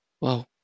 Wow